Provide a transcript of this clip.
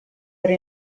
era